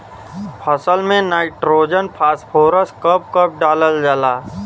फसल में nitrogen phosphorus कब कब डालल जाला?